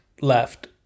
left